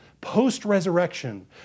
post-resurrection